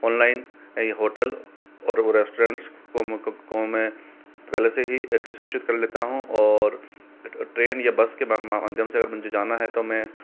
online hotel और restaurants को मैं पहले से ही एक सूचित कर लेता हूँ और ट्रेन या बस के माध्यम से अगर मुझे जाना है तो मैं